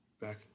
Back